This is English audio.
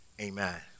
Amen